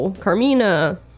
Carmina